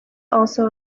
also